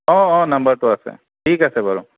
অঁ অঁ নাম্বাৰটো আছে ঠিক আছে বাৰু